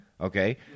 Okay